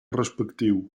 respectiu